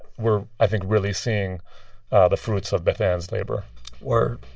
we're, i think, really seeing the fruits of bethann's labor word.